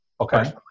Okay